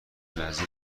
نظیر